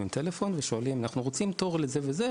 טלפון ושואלים "אנחנו רוצים תור לכך וכך",